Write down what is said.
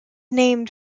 named